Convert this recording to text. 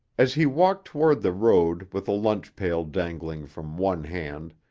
as he walked toward the road with a lunch pail dangling from one hand,